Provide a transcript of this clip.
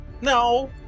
No